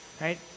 right